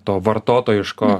to vartotojiško